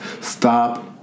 Stop